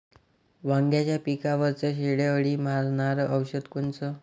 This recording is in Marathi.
वांग्याच्या पिकावरचं शेंडे अळी मारनारं औषध कोनचं?